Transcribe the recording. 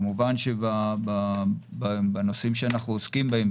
כמובן בנושאים שאנחנו עוסקים בהם,